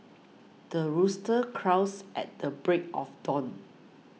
the rooster crows at the break of dawn